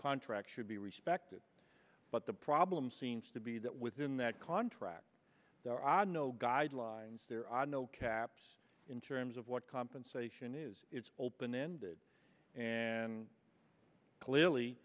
contracts should be respected but the problem seems to be that within that contract there are no guidelines there are no caps in terms of what compensation is open ended and clearly